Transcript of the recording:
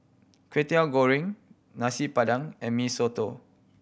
Kwetiau Goreng Nasi Padang and Mee Soto